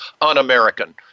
un-American